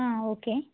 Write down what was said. okay